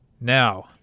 Now